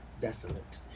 desolate